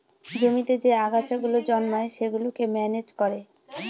জমিতে যে আগাছা গুলো জন্মায় সেগুলোকে ম্যানেজ করে